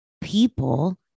people